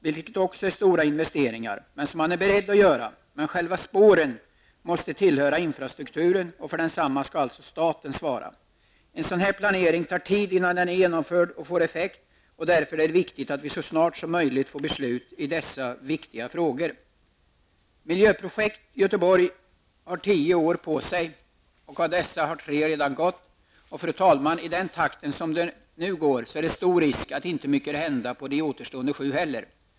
Det är stora investeringar som man är beredd att göra. Själva spåren måste dock anses tillhöra infrastrukturen, och för denna skall staten svara. Det tar tid innan en sådan här planering blir genomförd och får effekt. Det är därför viktigt att vi så snart som möjligt får beslut i dessa viktiga frågor. Miljöprojekt Göteborg har tio år på sig. Av dessa har tre redan gått. Med den takten, fru talman, som projektet fortskrider föreligger stor risk att det inte hinner hända mycket på de återstående sju åren heller.